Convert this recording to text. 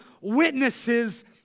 witnesses